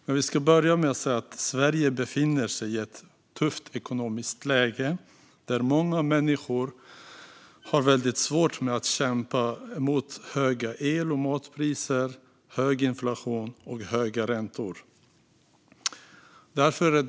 Men jag vill börja med att säga att Sverige befinner sig i ett tufft ekonomiskt läge där många människor kämpar med höga el och matpriser, hög inflation och höga räntor.